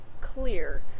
clear